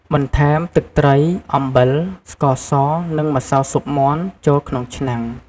បន្ថែម ទឹកត្រី អំបិល ស្ករស និង ម្សៅស៊ុបមាន់ ចូលក្នុងឆ្នាំង។